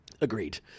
Agreed